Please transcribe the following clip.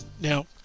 Now